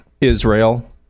Israel